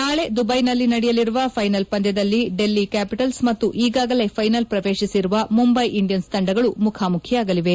ನಾಳೆ ದುಬೈನಲ್ಲಿ ನಡೆಯಲಿರುವ ಫೈನಲ್ ಪಂದ್ಯದಲ್ಲಿ ಡೆಲ್ಲಿ ಕ್ಯಾಪಿಟಲ್ಸ್ ಮತ್ತು ಈಗಾಗಲೇ ಫೈನಲ್ ಪ್ರವೇಶಿಸಿರುವ ಮುಂಬಯಿ ಇಂಡಿಯನ್ಸ್ ತಂದಗಳು ಮುಖಾಮುಖಿಯಾಗಲಿವೆ